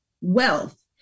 wealth